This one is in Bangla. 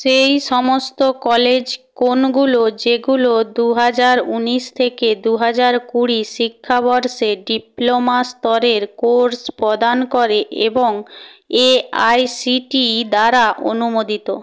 সেই সমস্ত কলেজ কোনগুলো যেগুলো দু হাজার উনিশ থেকে দু হাজার কুড়ি শিক্ষাবর্ষে ডিপ্লোমা স্তরের কোর্স প্রদান করে এবং A I C T E দ্বারা অনুমোদিত